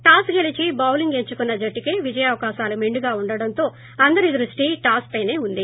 toss గెలిచి bowling ఎంచుకున్న జట్టుకే విజయావకాశాలు మెండుగా వుండటంతో అందరి దృష్టి టాస్ పైనే ఉంది